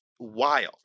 wild